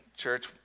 church